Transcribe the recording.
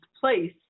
place